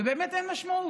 ובאמת אין משמעות.